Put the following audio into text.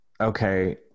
okay